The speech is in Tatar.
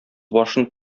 башын